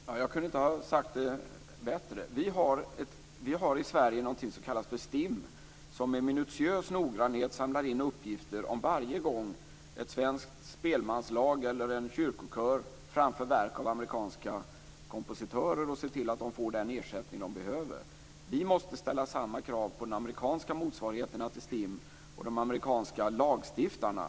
Fru talman! Jag kunde inte ha sagt det bättre. Vi har i Sverige någonting som kallas för STIM, som med minutiös noggrannhet samlar in uppgifter om varje gång ett svenskt spelmanslag eller en svensk kyrkokör framför verk av amerikanska kompositörer och ser till att dessa får den ersättning de skall ha. Vi måste ställa samma krav på de amerikanska motsvarigheterna till STIM och de amerikanska lagstiftarna.